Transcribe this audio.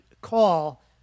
call